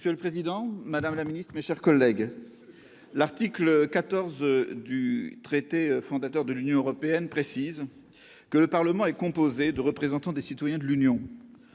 Monsieur le président, madame la ministre, mes chers collègues, l'article 14 du traité fondateur de l'Union européenne dispose :« Le Parlement européen est composé de représentants des citoyens de l'Union.